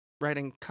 writing